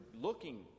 looking